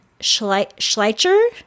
Schleicher